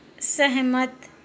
सैह्मत